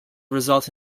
result